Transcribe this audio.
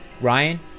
Ryan